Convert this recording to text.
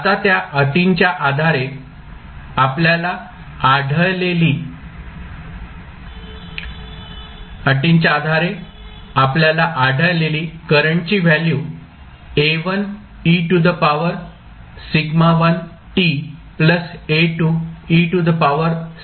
आता त्या अटिंच्या आधारे आपल्याला आढळलेली करंटची व्हॅल्यू आहे